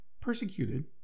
persecuted